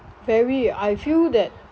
very I feel that